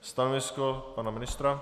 Stanovisko pana ministra?